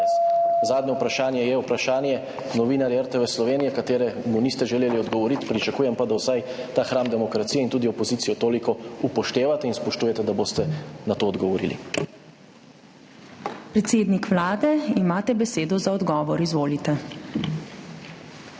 Zadnje vprašanje je vprašanje novinarjev RTV Slovenija, na katerega niste želeli odgovoriti, pričakujem pa, da vsaj ta hram demokracije in tudi opozicijo toliko upoštevate in spoštujete, da boste na to odgovorili.